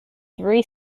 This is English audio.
three